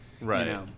right